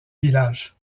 village